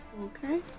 okay